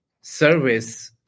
service